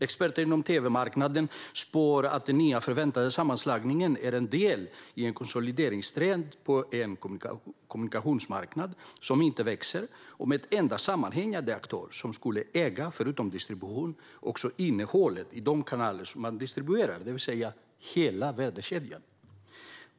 Experter inom tv-marknaden spår att den nya, förväntade sammanslagningen är en del i en konsolideringstrend på en kommunikationsmarknad som inte växer och med en enda sammanhängande aktör, som förutom distribution även skulle äga innehållet i de kanaler man distribuerar, det vill säga hela värdekedjan.